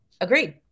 Agreed